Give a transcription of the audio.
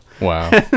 Wow